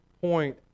point